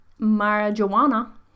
marijuana